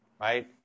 right